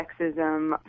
sexism